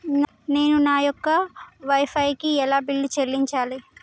నేను నా యొక్క వై ఫై కి ఎలా బిల్లు చెల్లించాలి?